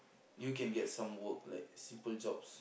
you can get some work like simple jobs